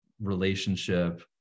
relationship